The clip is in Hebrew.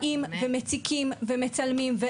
באים ומציקים ומצלמים.